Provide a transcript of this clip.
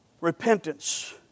repentance